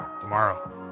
tomorrow